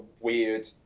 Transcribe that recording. weird